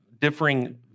differing